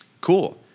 Cool